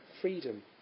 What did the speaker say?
freedom